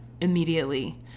immediately